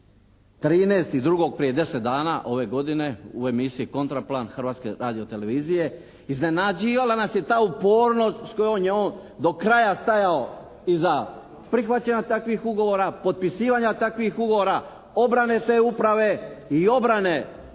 13.2., prije 10 dana ove godine u emisiji «Kontra plan» Hrvatske radio-televizije. Iznenađivala nas je ta upornost s kojom je on do kraja stajao iza prihvaćanja takvih ugovora, potpisivanja takvih ugovora, obrane te uprave i obrane